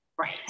Right